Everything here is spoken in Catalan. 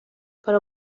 però